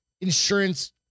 insurance